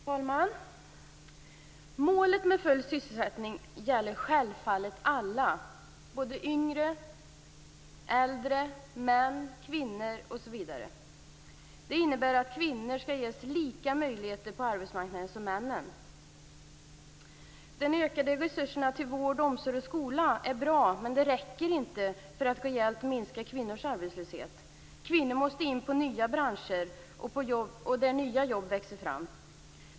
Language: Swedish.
Herr talman! Målet om full sysselsättning gäller självfallet alla - både yngre, äldre, män, kvinnor osv. Det innebär att kvinnor skall ges samma möjligheter på arbetsmarknaden som männen. De ökade resurserna till vård, omsorg och skola är bra, men det räcker inte för att rejält minska kvinnors arbetslöshet. Kvinnor måste in i nya branscher där nya jobb växer fram.